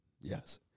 yes